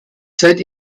seit